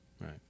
right